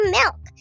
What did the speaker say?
milk